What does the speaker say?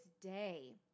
day